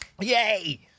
yay